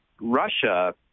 Russia